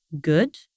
good